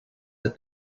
that